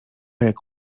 jak